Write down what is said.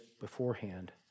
beforehand